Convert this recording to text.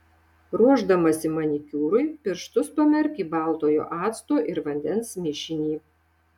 ruošdamasi manikiūrui pirštus pamerk į baltojo acto ir vandens mišinį